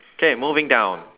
K moving down